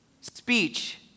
speech